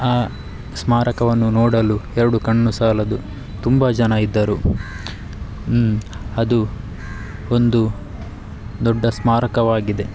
ಆ ಸ್ಮಾರಕವನ್ನು ನೋಡಲು ಎರಡು ಕಣ್ಣು ಸಾಲದು ತುಂಬ ಜನ ಇದ್ದರು ಅದು ಒಂದು ದೊಡ್ಡ ಸ್ಮಾರಕವಾಗಿದೆ